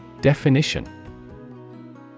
Definition